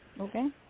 okay